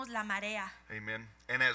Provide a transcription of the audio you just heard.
amen